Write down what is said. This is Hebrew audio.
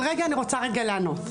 אבל אני רוצה רגע לענות.